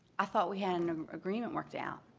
i thought we had an agreement worked out.